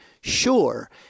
Sure